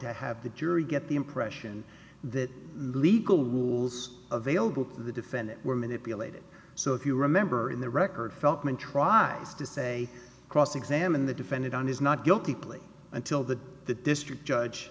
to have the jury get the impression that the legal rules available to the defendant were manipulated so if you remember in the record feltman tries to say cross examine the defendant on his not guilty plea until the the district